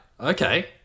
Okay